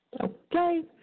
Okay